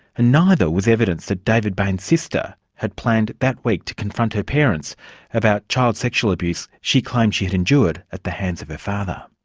and neither was evidence that david bain's sister had planned that week to confront her parents about child sexual abuse she claimed she had endured at the hands of her father.